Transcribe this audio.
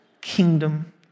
kingdom